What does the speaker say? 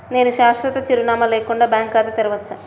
నేను శాశ్వత చిరునామా లేకుండా బ్యాంక్ ఖాతా తెరవచ్చా?